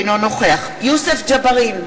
אינו נוכח יוסף ג'בארין,